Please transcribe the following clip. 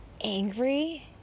angry